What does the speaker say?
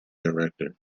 director